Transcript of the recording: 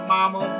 Mama